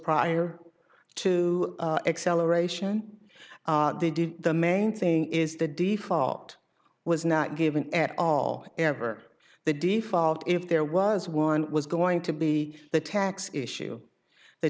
prior to acceleration they did the main thing is the default was not given at all ever the default if there was one was going to be the tax issue the